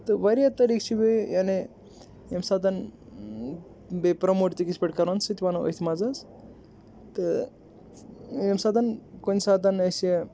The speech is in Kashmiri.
تہٕ واریاہ طٔریٖق چھِ بییہِ یعنی ییٚمہِ سات بییہِ پرٛموٹ تہِ کِتھ پٲٹھۍ کرہون سُہ تہِ وَنو أتھۍ منٛز حظ تہٕ ییٚمہِ سات کُنہِ سات أسۍ یہِ